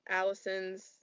Allison's